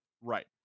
right